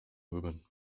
woman